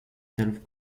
self